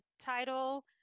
title